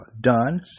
done